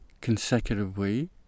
consecutively